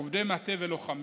עובדי מטה ולוחמים.